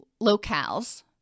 locales